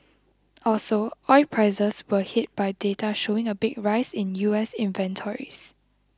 also oil prices were hit by data showing a big rise in U S inventories